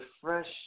fresh